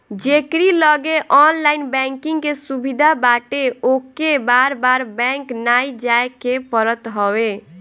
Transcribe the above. जेकरी लगे online banking के सुविधा बाटे ओके बार बार बैंक नाइ जाए के पड़त हवे